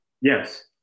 Yes